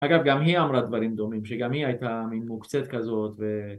אגב גם היא אמרה דברים דומים, שגם היא הייתה מין מוקצת כזאת ו...